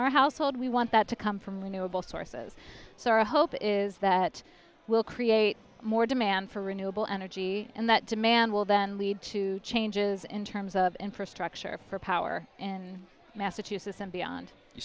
our household we want that to come from renewable sources so our hope is that we'll create more demand for renewable energy and that demand will then lead to changes in terms of infrastructure for power in massachusetts and